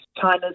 China's